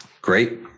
Great